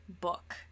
Book